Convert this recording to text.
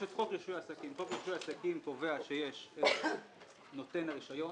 את חוק רישוי עסקים שקובע שנותן הרישיון